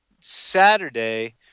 Saturday